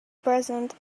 present